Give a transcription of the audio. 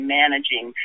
managing